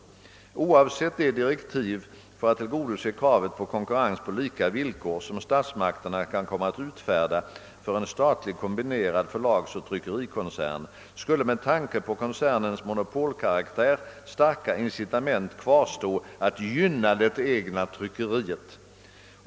Oavsett de direktiv för att tillgodose kravet på konkurrens på lika villkor som statsmakterna kan komma att utfärda för en statlig kombinerad förlagsoch tryckerikoncern, skulle med tanke på koncernens monopolkaraktär starka incitament kvarstå att gynna det egna tryckeriet.